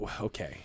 Okay